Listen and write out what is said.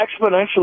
exponentially